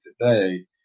today